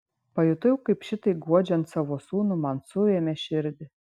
pajutau kaip šitaip guodžiant savo sūnų man suėmė širdį